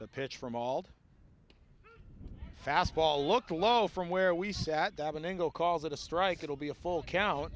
the pitch for mauled fastball look lol from where we sat davening go calls it a strike it will be a full count